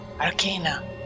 Arcana